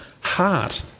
heart